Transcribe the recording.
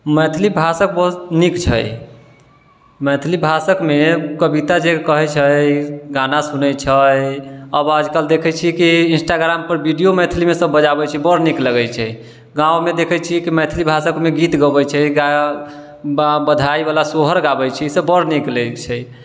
मैथिली भाषा बहुत नीक छै मैथिली भाषामे कविता जे कहै छै गाना सुनै छै अब आजकल देखै छिए कि इन्स्टाग्रामपर वीडिओ मैथिलीमे सब बजाबै छै बड़ नीक लगै छै गाँवमे देखै छी कि मैथिली भाषामे गीत गबै छै बधाइवला सोहर गाबै छै ईसब बड़ नीक लगै छै